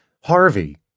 Harvey